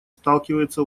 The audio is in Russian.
сталкивается